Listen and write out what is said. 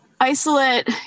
Isolate